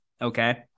Okay